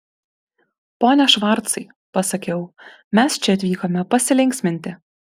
pone švarcai pasakiau mes čia atvykome pasilinksminti